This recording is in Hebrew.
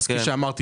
כפי שאמרתי,